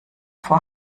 vor